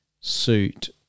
suit